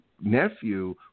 nephew